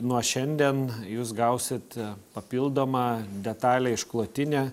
nuo šiandien jūs gausit papildomą detalią išklotinę